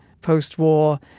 post-war